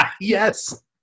Yes